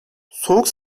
soğuk